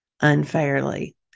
unfairly